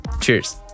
cheers